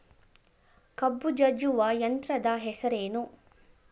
ಕಬ್ಬು ಜಜ್ಜುವ ಯಂತ್ರದ ಹೆಸರೇನು?